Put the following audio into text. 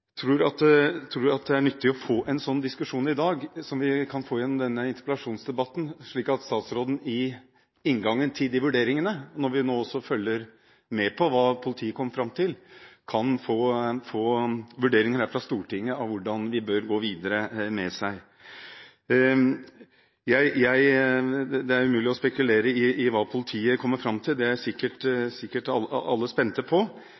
tror det er nyttig å få en slik diskusjon i dag, som vi kan få gjennom denne interpellasjonsdebatten, slik at statsråden i inngangen til de vurderingene – når vi nå også følger med på hva politiet kommer fram til – kan få med seg vurderinger her fra Stortinget av hvordan vi bør gå videre. Det er umulig å spekulere i hva politiet kommer fram til. Det er sikkert alle spente på.